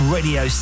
Radio